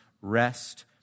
rest